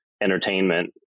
entertainment